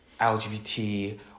lgbt